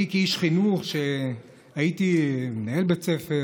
כאיש חינוך, הייתי מנהל בית הספר,